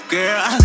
Girl